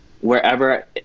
wherever